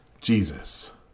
Jesus